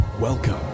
Welcome